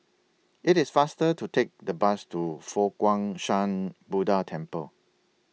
IT IS faster to Take The Bus to Fo Guang Shan Buddha Temple